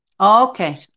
Okay